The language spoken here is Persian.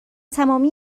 تمامی